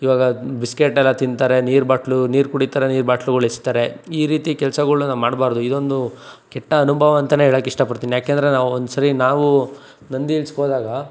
ಇವಾಗ ಬಿಸ್ಕೇಟ್ ಎಲ್ಲ ತಿನ್ತಾರೆ ನೀರು ಬಾಟ್ಲು ನೀರು ಕುಡಿತಾರೆ ನೀರು ಬಾಟ್ಲುಗಳು ಎಸೀತಾರೆ ಈ ರೀತಿ ಕೆಲಸಗಳು ನಾವು ಮಾಡಬಾರ್ದು ಇದೊಂದು ಕೆಟ್ಟ ಅನುಭವ ಅಂತನೆ ಹೇಳಕ್ಕಿಷ್ಟಪಡ್ತೀನ್ ಯಾಕೆಂದರೆ ನಾವೊಂದ್ಸಾರಿ ನಾವು ನಂದಿ ಇಲ್ಸ್ಗೆ ಹೋದಾಗ